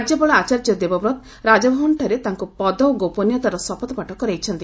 ରାଜ୍ୟପାଳ ଆଚାର୍ଯ୍ୟ ଦେବବ୍ରତ ରାଜଭବନଠାରେ ତାଙ୍କୁ ପଦ ଓ ଗୋପନୀୟତାର ଶପଥ ପାଠ କରାଇଛନ୍ତି